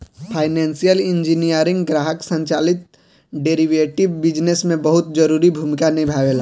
financial engineering ग्राहक संचालित derivative business में बहुत जरूरी भूमिका निभावेला